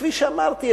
כפי שאמרתי,